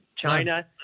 China